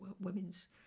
women's